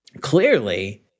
clearly